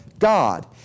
God